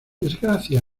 desgracia